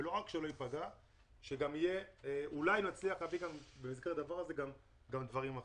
ולא רק שהוא לא ייפגע אלא אולי נצליח להביא גם דברים אחרים.